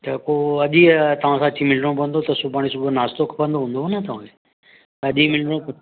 छो के अॼु ई तव्हां खां अची मिलिणो पवंदो त सुभाणे सुबुह जो नाश्तो खपंदो हूंदव न तव्हांखे अॼु ई मिलिणो